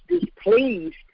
displeased